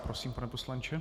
Prosím, pane poslanče.